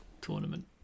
tournament